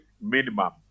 minimum